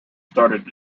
started